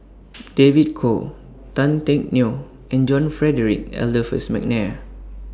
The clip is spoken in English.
David Kwo Tan Teck Neo and John Frederick Adolphus Mcnair